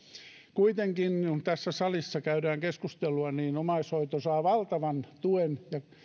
kuitenkin kun tässä salissa käydään keskustelua omaishoito saa valtavan tuen ja